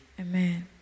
Amen